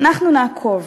אנחנו נעקוב.